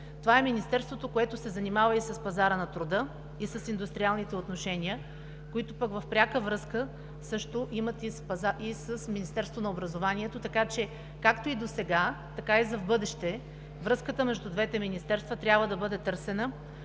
това е министерството, което се занимава и с пазара на труда, и с индустриалните отношения, които пък имат пряка връзка също и с Министерството на образованието. Така че както и досега, така и за в бъдеще, връзката между двете министерства трябва да бъде търсена